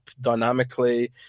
dynamically